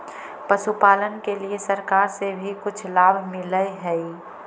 पशुपालन के लिए सरकार से भी कुछ लाभ मिलै हई?